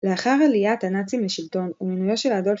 לאחר עליית הנאצים לשלטון ומינויו של אדולף